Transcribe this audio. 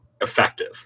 effective